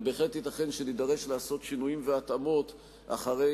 ובהחלט ייתכן שנידרש לעשות שינויים והתאמות אחרי